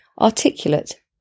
articulate